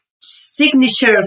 signature